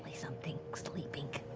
something sleeping.